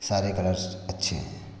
सारे कलर्स अच्छे हैं